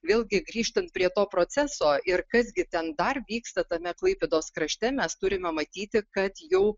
vėlgi grįžtant prie to proceso ir kas gi ten dar vyksta tame klaipėdos krašte mes turime matyti kad jau